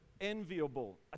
enviable